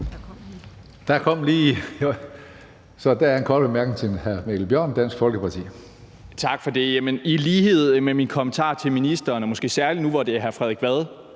(Karsten Hønge): Så er der en kort bemærkning til hr. Mikkel Bjørn, Dansk Folkeparti. Kl. 16:21 Mikkel Bjørn (DF): Tak for det. I lighed med min kommentar til ministeren og måske særlig nu, hvor det er hr. Frederik Vad,